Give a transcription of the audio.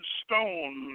stone